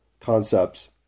concepts